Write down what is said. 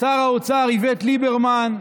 שר האוצר איווט ליברמן,